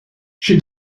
she